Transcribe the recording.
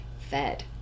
fed